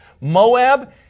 Moab